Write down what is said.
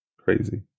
Crazy